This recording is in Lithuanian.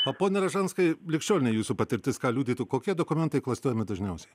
o pone ražanskui ligšiolinė jūsų patirtis ką liudytų kokie dokumentai klastojami dažniausiai